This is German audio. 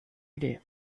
idee